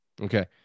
Okay